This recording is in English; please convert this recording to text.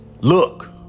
Look